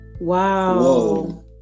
Wow